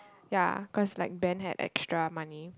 ya cause like Ben had extra money